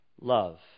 love